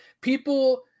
people